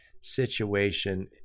Situation